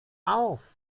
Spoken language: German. auf